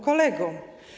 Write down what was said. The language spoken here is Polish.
Kolegom.